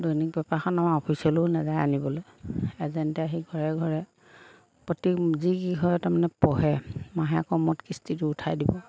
দৈনিক পেপাৰখন আমাৰ অফিচলৈও নাযায় আনিবলৈ এজেণ্টে আহি ঘৰে ঘৰে প্ৰতি যি কেইঘৰে তাৰমানে পঢ়ে মাহেকৰ মূৰত কিস্তিটো উঠাই দিব